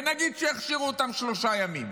ונגיד שיכשירו אותן שלושה ימים